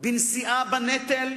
בנשיאה בנטל,